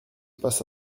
passe